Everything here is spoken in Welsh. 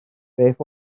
beth